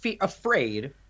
afraid